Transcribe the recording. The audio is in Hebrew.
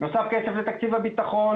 נוסף כסף לתקציב הביטחון,